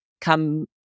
Come